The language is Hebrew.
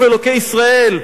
איפה אלוקי ישראל?